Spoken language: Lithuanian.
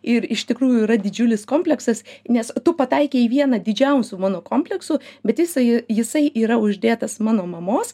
ir iš tikrųjų yra didžiulis kompleksas nes tu pataikei į vieną didžiausių mano kompleksų bet jisai jisai yra uždėtas mano mamos